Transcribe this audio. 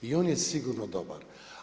I on je sigurno dobar.